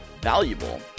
valuable